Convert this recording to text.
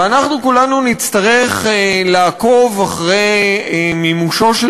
ואנחנו כולנו נצטרך לעקוב אחרי מימושו של